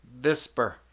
Visper